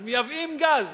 אז מייבאים גז.